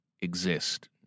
exist